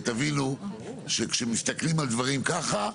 ותבינו שכמתסכלים על דברים ככה,